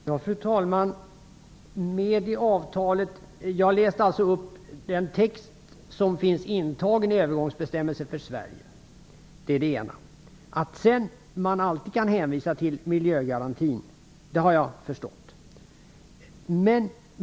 Fru talman! Mats Hellström säger att miljögarantin är med i avtalet. Jag läste upp den text som finns intagen i övergångsbestämmelserna för Sverige. Att man alltid kan hänvisa till miljögarantin har jag förstått.